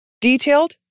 detailed